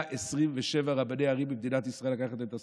127 רבני ערים במדינת ישראל, לקחת להם את הסמכות.